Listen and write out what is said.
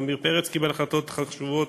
עמיר פרץ קיבל החלטות חשובות